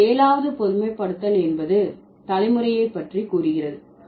இங்கே 7வது பொதுமைப்படுத்தல் என்பது தலைமுறையை பற்றி கூறுகிறது